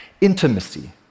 Intimacy